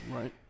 Right